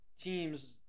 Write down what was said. teams